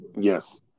Yes